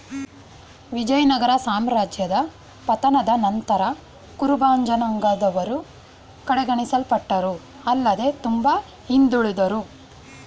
ವಿಜಯನಗರ ಸಾಮ್ರಾಜ್ಯದ ಪತನದ ನಂತರ ಕುರುಬಜನಾಂಗದವರು ಕಡೆಗಣಿಸಲ್ಪಟ್ಟರು ಆಲ್ಲದೆ ತುಂಬಾ ಹಿಂದುಳುದ್ರು